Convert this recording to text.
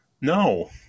No